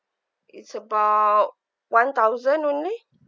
it's about one thousand only